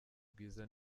bwiza